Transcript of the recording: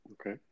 Okay